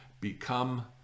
become